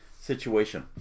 situation